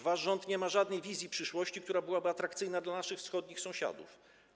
Wasz rząd nie ma żadnej wizji przyszłości, która byłaby atrakcyjna dla naszych wschodnich sąsiadów.